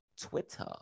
Twitter